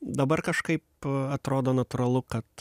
dabar kažkaip atrodo natūralu kad